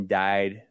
died